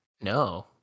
no